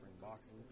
boxing